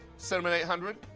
cinnamon eight hundred.